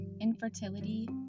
infertility